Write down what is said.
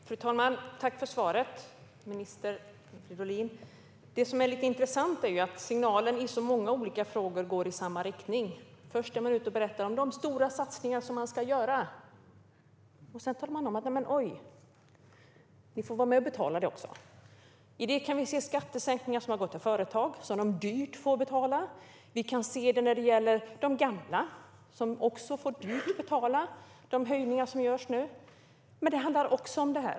Fru talman! Tack för svaret, minister Fridolin! Det som är lite intressant är att signalen i så många olika frågor går i samma riktning. Först berättar man om de stora satsningar som man ska göra. Sedan talar man om att ni får vara med och betala. I detta kan vi se skattesänkningar som har gått till företag, som de dyrt får betala. Vi kan se att de gamla också får dyrt betala de höjningar som införs.